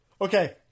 Okay